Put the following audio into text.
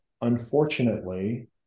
unfortunately